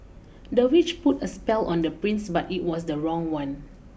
the witch put a spell on the prince but it was the wrong one